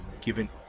given